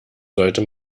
sollte